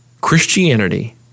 Christianity